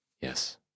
yes